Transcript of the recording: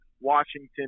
Washington